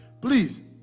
Please